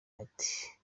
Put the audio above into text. ati